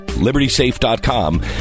libertysafe.com